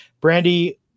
Brandy